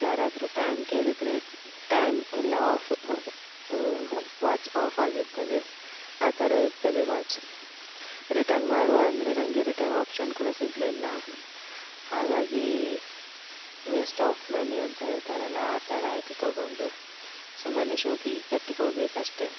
ಯಾರಾದರೂ ಟೈಮ್ ಕೇಳಿದರೆ ಟೈಮ್ ಇಲ್ಲ ಆಫ್ ವಾಚ್ ಆಫ್ ಆಗಿರ್ತದೆ ಆ ಥರ ಇರ್ತದೆ ವಾಚ್ ರಿಟರ್ನ್ ಮಾಡುವಾ ಅಂದರೆ ನನಗೆ ರಿಟರ್ನ್ ಆಪ್ಷನ್ ಕೂಡ ಸಿಗಲಿಲ್ಲ ಹಾಗಾಗಿ ವೇಸ್ಟ್ ಆಫ್ ಮನಿ ಅಂತ ಹೇಳ್ತಾರಲ್ಲ ಆ ಥರ ಆಯಿತು ತೊಗೊಂಡು ಸುಮ್ಮನೆ ಶೋಕಿಗೆ ಕಟ್ಟಿಕೊಳ್ಬೇಕಷ್ಟೆ